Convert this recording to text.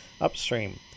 upstream